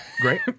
great